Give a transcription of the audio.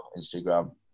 Instagram